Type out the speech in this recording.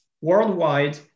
worldwide